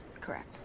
Correct